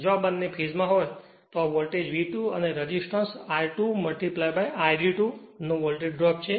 જો આ બંને ફેજ માં હોય તો આ વોલ્ટેજ V2 છે અને રેસિસ્ટન્સ I2 Re2 નો વોલ્ટેજ ડ્રોપ છે